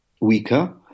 weaker